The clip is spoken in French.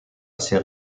assez